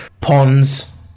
ponds